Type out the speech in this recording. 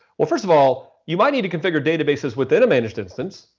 well, first of all, you might need to configure databases within a managed instance.